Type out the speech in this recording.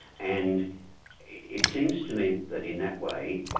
and it seems to me that in that way,